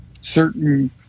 certain